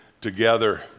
together